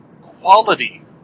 quality